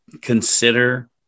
consider